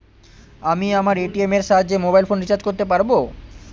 আমি আমার এ.টি.এম এর সাহায্যে মোবাইল ফোন রিচার্জ করতে পারব?